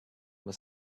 were